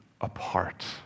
apart